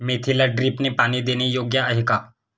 मेथीला ड्रिपने पाणी देणे योग्य आहे का?